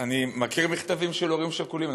אני מכיר מכתבים של הורים שכולים,